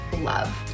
love